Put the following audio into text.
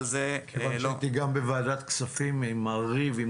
מכיוון שהייתי גם בוועדת הכספים עם --- עם